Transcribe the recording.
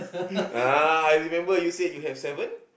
ah I remember you said you have seven